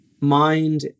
mind